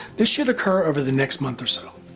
this should occur over the next month or so.